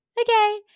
okay